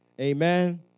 Amen